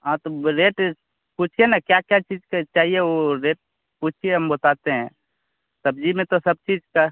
हाँ तो ब्लेट पूछिए न क्या क्या चीज़ के चाहिए वह रेट पूछिए हम बताते हैं सब्ज़ी में तो सब चीज़ का